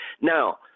now